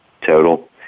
total